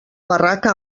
barraca